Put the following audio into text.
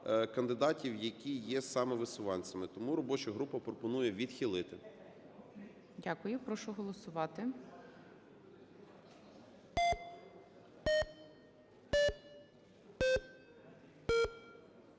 кандидатів, які є самовисуванцями. Тому робоча група пропонує відхилити. ГОЛОВУЮЧИЙ. Дякую. Прошу голосувати.